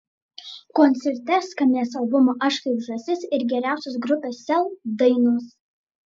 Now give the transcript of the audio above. koncerte skambės albumo aš kaip žąsis ir geriausios grupės sel dainos